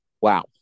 wow